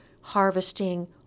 harvesting